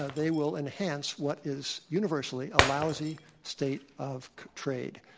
ah they will enhance what is universally a lousy state of trade.